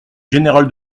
général